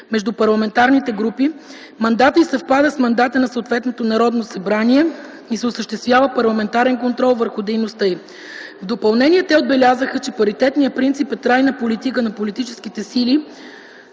между парламентарните групи, мандатът й съвпада с мандата на съответното Народно събрание и се осъществява парламентарен контрол върху дейността й. В допълнение те отбелязаха, че паритетният принцип е трайна политика на политическите сили